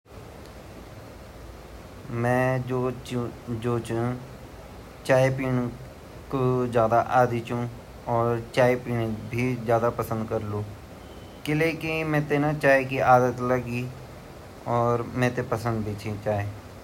वन ता मेते कॉफ़ी भी पसंद ची अर चाय भी पसंद ची पर मि भारतीय ची ता भारतीय वॉन्ड वे से मेते गुण आया छिन की मेते चाय भोत पसंद ची क्युकी वेमा हमा भारतो भोत टास्ते ए जांद।